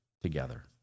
together